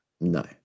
no